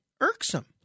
irksome